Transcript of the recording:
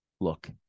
look